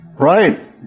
Right